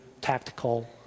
tactical